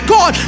God